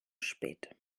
spät